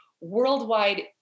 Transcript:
worldwide